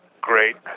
great